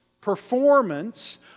Performance